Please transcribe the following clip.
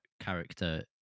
character